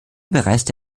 bereiste